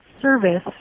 service